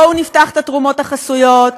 בואו נפתח את התרומות החסויות,